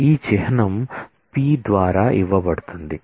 ఈ చిహ్నం Ρ ద్వారా ఇవ్వబడుతుంది